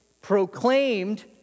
proclaimed